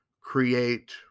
create